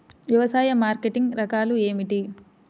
వ్యవసాయ మార్కెటింగ్ రకాలు ఏమిటి?